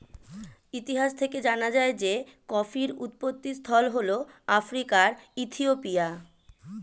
ইতিহাস থেকে জানা যায় যে কফির উৎপত্তিস্থল হল আফ্রিকার ইথিওপিয়া